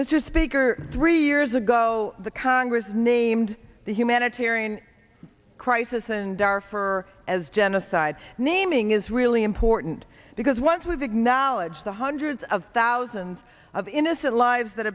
is speaker three years ago the congress named the humanitarian crisis and are for as genocide naming is really important because once we've acknowledged the hundreds of thousands of innocent lives that